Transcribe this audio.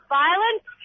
violence